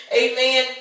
amen